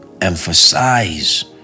emphasize